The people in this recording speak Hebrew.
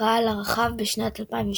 לקהל הרחב בשנת 2012.